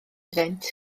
iddynt